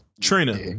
Trina